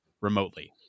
remotely